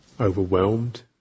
overwhelmed